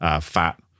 fat